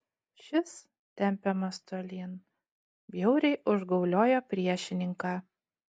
šis tempiamas tolyn bjauriai užgauliojo priešininką